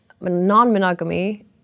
non-monogamy